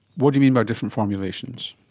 what do you mean by different formulations?